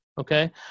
Okay